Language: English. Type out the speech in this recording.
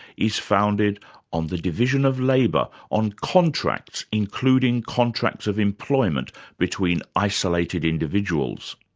is founded on the division of labour on contracts, including contracts of employment between isolated individuals.